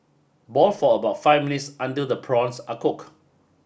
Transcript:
boil for about five minutes until the prawns are cooked